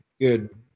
good